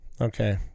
Okay